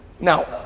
Now